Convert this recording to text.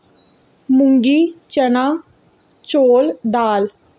मुंगी चना चौल दाल